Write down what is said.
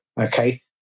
okay